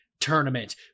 tournament